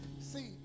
see